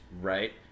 right